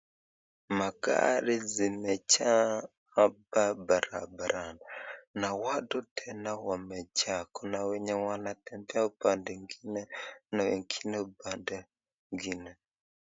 Magari zimejaa hapa barabarani na watu tena wamejaa, kuna wenye wanatembea upande ngine na wengine upande ngine.